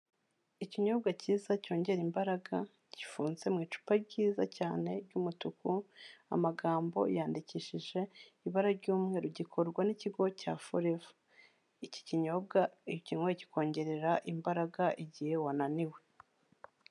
Ikinyobwa cyiza cyongera imbaraga gifunze mu icupa ryiza cyane ry'umutuku, amagambo yandikishije ibara ry'umweru, gikorwa n'ikigo cya Foreva, iki kinyobwa iyo ikinywaye kikongerera imbaraga igihe wananiwe.